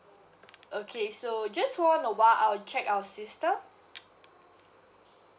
okay so just hold on a while I'll check our system